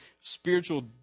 spiritual